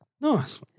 Nice